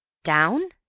down?